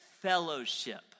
fellowship